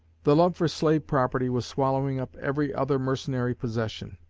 the love for slave property was swallowing up every other mercenary possession.